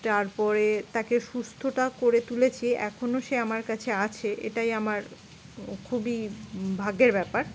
তারপরে তাকে সুস্থটা করে তুলেছি এখনও সে আমার কাছে আছে এটাই আমার খুবই ভাগ্যের ব্যাপার